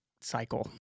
cycle